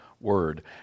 Word